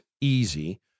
easy